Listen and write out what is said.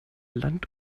land